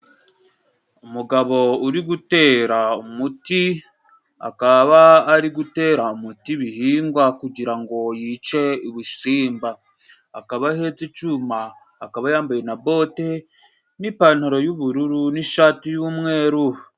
Umugabo uri gutera umuti, akaba ari gutera umuti ibihingwa kugira ngo yice ubusimba. Akaba ahetse icuma, akaba yambaye na bote n'ipantaro y'ubururu n'ishati y'umweru.